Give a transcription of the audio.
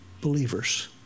believers